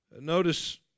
Notice